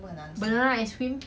banana ice cream